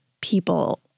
people